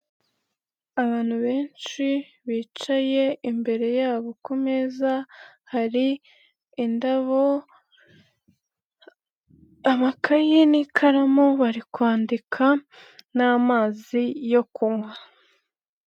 Abantu benshi bicaye, imbere yabo kumeza hari indabo, amakayi n'ikarama bari kwandika n'amazi yo kunywa.